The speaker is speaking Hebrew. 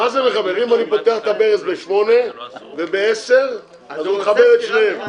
אם אני פותח את הברז ב-8:00 וב-10:00 הוא מחבר שניהם.